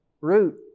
root